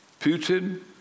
Putin